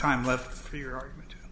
time left for your argument t